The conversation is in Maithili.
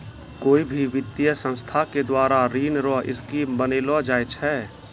कोय भी वित्तीय संस्था के द्वारा ऋण रो स्कीम बनैलो जाय छै